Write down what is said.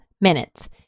minutes